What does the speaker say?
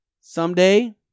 someday